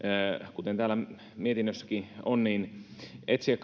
kuten täällä mietinnössäkin on etsiä